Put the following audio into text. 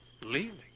Leaving